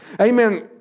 Amen